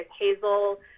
Hazel